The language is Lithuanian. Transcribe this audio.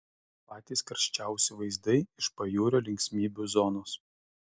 patys karščiausi vaizdai iš pajūrio linksmybių zonos